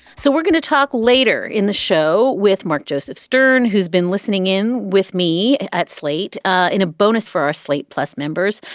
so we're going to talk later in the show with mark joseph stern, who's been listening in with me at slate ah in a bonus for slate plus members.